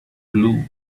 blue